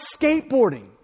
skateboarding